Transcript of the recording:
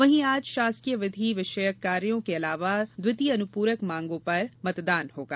वहीं आज शासकीय विधि विषयक कार्यो के अलावा द्वितीय अनुपूरक मांगों पर मतदान होगा